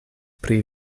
pri